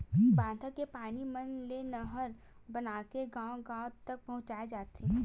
बांधा के पानी मन ले नहर बनाके गाँव गाँव तक पहुचाए जाथे